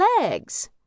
legs